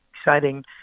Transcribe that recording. exciting